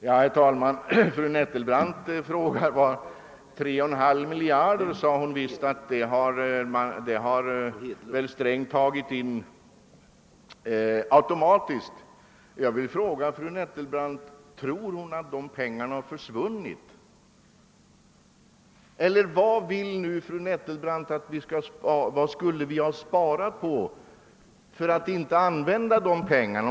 Herr talman! Fru Nettelbrandt talade om att Sträng hade tagit in 3,5 miljarder automatiskt. Jag vill fråga fru Nettelbrandt: Tror hon att de pengarna har försvunnit eller vad anser nu fru Nettelbrandt att vi skulle ha sparat på i stället för att använda de pengarna?